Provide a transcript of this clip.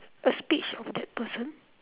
a speech of that person